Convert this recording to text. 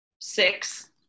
six